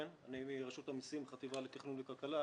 מרשות המסים, החטיבה לתכנון וכלכלה.